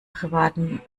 privaten